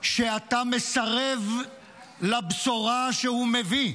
שאתה מסרב לבשורה שהוא מביא.